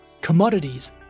commodities